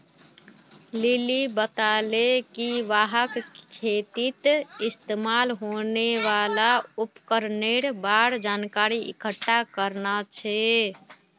lily बताले कि वहाक खेतीत इस्तमाल होने वाल उपकरनेर बार जानकारी इकट्ठा करना छ